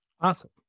Awesome